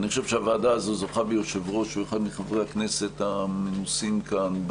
הוועדה הזו זוכה ביושב-ראש הוא אחד מחברי הכנסת המנוסים כאן,